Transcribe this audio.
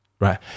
right